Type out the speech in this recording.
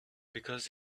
because